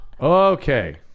Okay